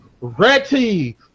ready